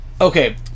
Okay